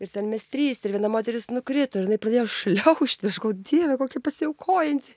ir ten mes trys ir viena moteris nukrito ir jinai pradėjo šliaužti aš galvoju dieve koki pasiaukojanti